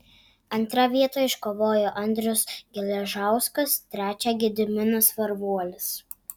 antrą vietą iškovojo andrius geležauskas trečią gediminas varvuolis